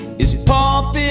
is pumping